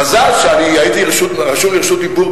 מזל שהייתי רשום לרשות דיבור,